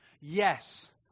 Yes